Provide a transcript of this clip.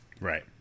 Right